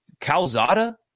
Calzada